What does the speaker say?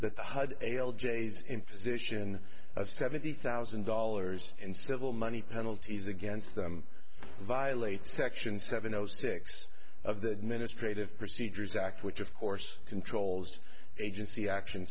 that the hud ale j's imposition of seventy thousand dollars in civil money penalties against them violates section seven zero six of the ministry of procedures act which of course controls agency action